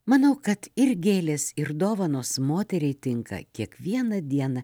manau kad ir gėlės ir dovanos moteriai tinka kiekvieną dieną